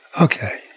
Okay